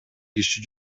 киши